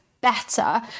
better